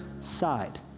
side